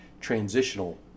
transitional